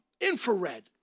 infrared